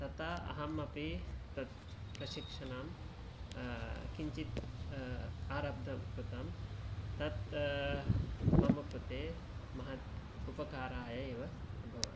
तथा अहम् अपि तत् प्रशिक्षणं किञ्चित् आरब्धं कृतं तत् मम कृते महत् उपकाराय एव अभवत्